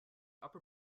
upper